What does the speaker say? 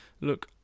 Look